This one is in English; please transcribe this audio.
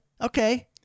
Okay